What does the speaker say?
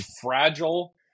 fragile